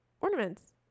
ornaments